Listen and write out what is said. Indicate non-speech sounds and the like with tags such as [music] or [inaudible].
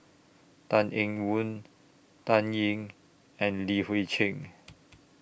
Tan Eng [unintelligible] Tan Ying and Li Hui Cheng